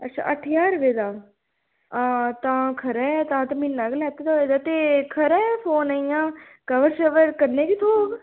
अच्छा अट्ठ ज्हार रपेऽ दा हां ता खरे तां ते म्हीना गै लैता दा होऐ ते खरा ऐ फोन इ'यां कवर शवर कन्ने गै थ्होग